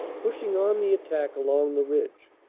pushing on the attack along the ridge.